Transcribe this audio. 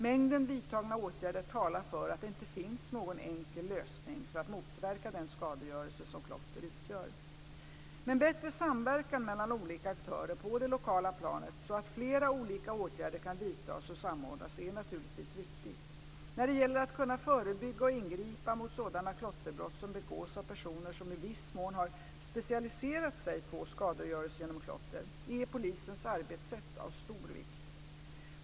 Mängden vidtagna åtgärder talar för att det inte finns någon enkel lösning för att motverka den skadegörelse som klotter utgör. Men bättre samverkan mellan olika aktörer på det lokala planet så att flera olika åtgärder kan vidtas och samordnas är naturligtvis viktigt. När det gäller att kunna förebygga och ingripa mot sådana klotterbrott som begås av personer som i viss mån har "specialiserat" sig på skadegörelse genom klotter är polisens arbetssätt av stor vikt.